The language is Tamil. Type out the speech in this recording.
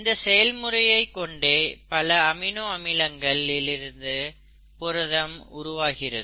இந்த செயல்முறையை கொண்டே பல அமினோ அமிலங்களில் இருந்து புரதம் உருவாகிறது